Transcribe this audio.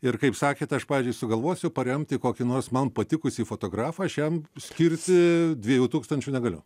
ir kaip sakėt aš pavyzdžiui sugalvosiu paremti kokį nors man patikusį fotografą aš jam skirti dviejų tūkstančių negaliu